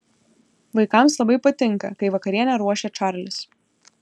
vaikams labai patinka kai vakarienę ruošia čarlis